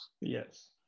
Yes